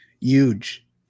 Huge